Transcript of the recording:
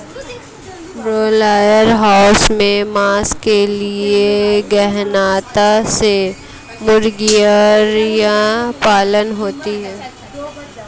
broiler house में मांस के लिए गहनता से मुर्गियां पालना है